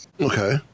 Okay